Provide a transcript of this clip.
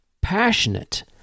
passionate